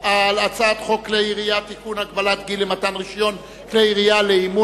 על הצעת חוק כלי הירייה (תיקון,